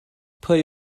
pwy